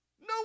no